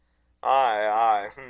i